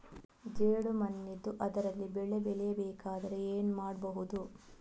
ಜೇಡು ಮಣ್ಣಿದ್ದು ಅದರಲ್ಲಿ ಬೆಳೆ ಬೆಳೆಯಬೇಕಾದರೆ ಏನು ಮಾಡ್ಬಹುದು?